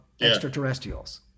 extraterrestrials